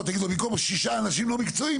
תגידו להם "במקום 6 אנשים לא מקצועיים,